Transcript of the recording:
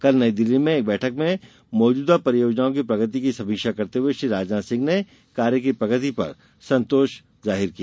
कल नई दिल्ली में एक बैठक में मौजूदा परियोजनाओं की प्रगति की समीक्षा करते हुए श्री राजनाथ सिंह ने कार्य की प्रगति पर संतोष व्यक्त किया